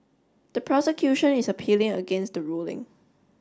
the prosecution is appealing against the ruling